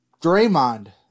Draymond